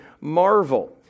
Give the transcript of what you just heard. marvel